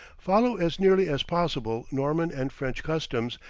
follow as nearly as possible norman and french customs,